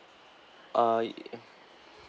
uh yo~